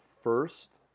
first